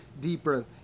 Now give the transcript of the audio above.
deeper